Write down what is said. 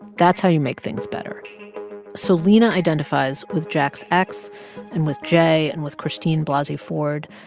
that's how you make things better so lina identifies with jack's ex and with j and with christine blasey ford.